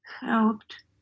helped